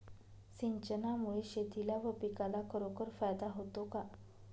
सिंचनामुळे शेतीला व पिकाला खरोखर फायदा होतो का?